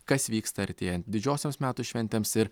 kas vyksta artėjant didžiosioms metų šventėms ir